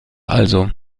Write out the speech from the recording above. also